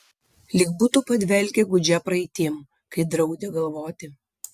lyg būtų padvelkę gūdžia praeitim kai draudė galvoti